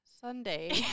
Sunday